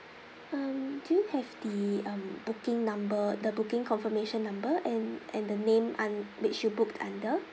um do you have the um booking number the booking confirmation number and and the name un~ which you booked under